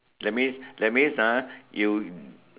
that means that means ah you